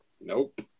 Nope